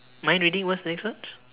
mind reading what's the next one